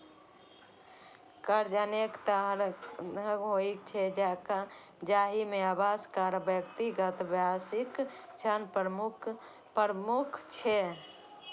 कर्ज अनेक तरहक होइ छै, जाहि मे आवास, कार, व्यक्तिगत, व्यावसायिक ऋण प्रमुख छै